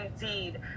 indeed